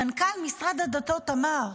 מנכ"ל משרד הדתות אמר,